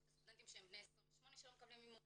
יש את הסטודנטים שהם בני 28 שלא מקבלים מימון,